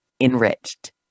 enriched